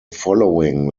following